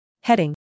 Heading